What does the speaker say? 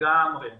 לגמרי ולומר,